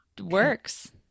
works